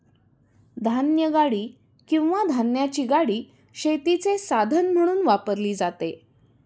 धान्यगाडी किंवा धान्याची गाडी शेतीचे साधन म्हणून वापरली जाते